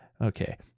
Okay